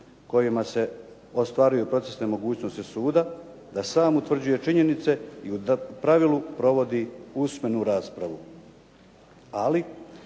kojima se ostvaruju procesne mogućnosti suda da sam utvrđuje činjenice i da u pravilu provodi usmenu raspravu.